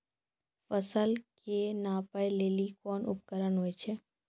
फसल कऽ नापै लेली कोन उपकरण होय छै?